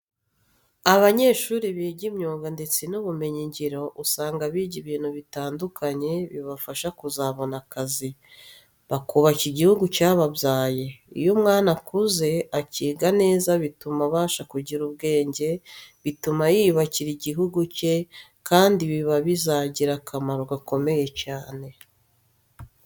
Abanyeshuri biga imyuga ndetse n'ubumenyi ngiro usanga biga ibintu bitandukanye bibafasha kuzabona akazi, bakubaka igihugu cyababyaye. Iyo umwana akuze akiga neza bituma abasha kugira ubwenge bituma yiyubakira igihugu cye kandi biba bizagira akamaro gakomeye cyane.